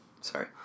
Sorry